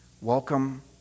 welcome